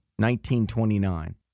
1929